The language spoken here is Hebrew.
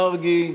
מרגי,